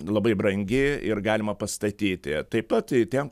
labai brangi ir galima pastatyti taip pat ten